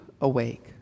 awake